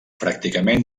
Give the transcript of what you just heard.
pràcticament